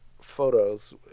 photos